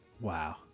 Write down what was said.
Wow